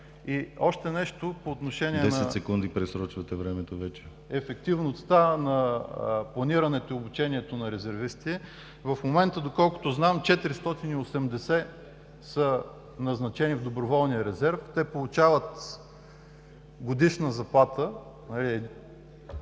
вече. НИКОЛАЙ ЦОНКОВ: …ефективността на планирането и обучението на резервисти. В момента, доколкото знам, 480 са назначени в доброволния резерв. Те получават годишна заплата,